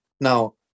now